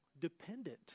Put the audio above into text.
dependent